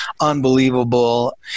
unbelievable